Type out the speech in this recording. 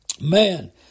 Man